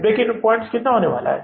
break even point कितना होने वाला है